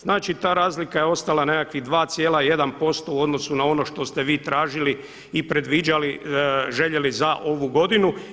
Znači ta razlika je ostala nekakvih 2,1% u odnosu na ono što ste vi tražili i predviđali, željeli za ovu godinu.